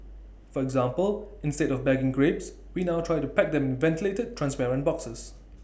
for example instead of bagging grapes we now try to pack them in ventilated transparent boxes